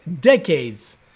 decades